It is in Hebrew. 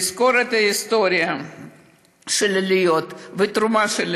לזכור את ההיסטוריה של העליות ואת התרומה של